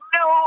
no